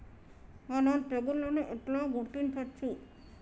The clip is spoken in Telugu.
మనం తెగుళ్లను ఎట్లా గుర్తించచ్చు?